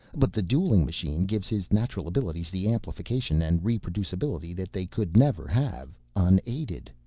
but the dueling machine gives his natural abilities the amplification and reproducibility that they could never have unaided.